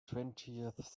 twentieth